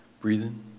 breathing